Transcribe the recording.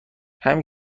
همین